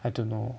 I don't know